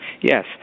Yes